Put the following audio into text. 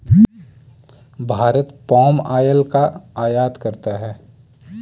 Bharat palm oil का आयात करता है